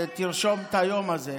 ותרשום את היום הזה,